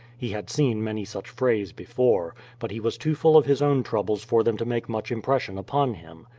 he had seen many such frays before, but he was too full of his own troubles for them to make much impression upon him.